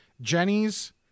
jenny's